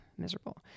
miserable